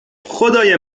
خدای